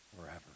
forever